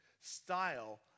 style